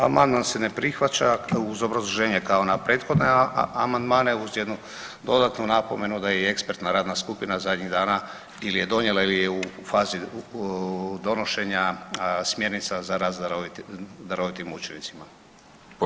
Amandman se ne prihvaća uz obrazloženje kao na prethodne amandmane uz jednu dodatnu napomenu da je i ekspertna radna skupina zadnjih dana ili je donijela ili je u fazi donošenja smjernica za rad sa darovitim učenicima.